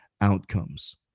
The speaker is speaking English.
outcomes